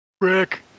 Rick